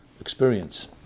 experience